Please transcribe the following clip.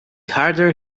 harder